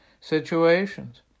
situations